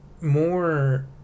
more